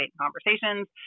conversations